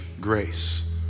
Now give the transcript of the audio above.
grace